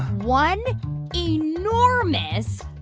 one enormous,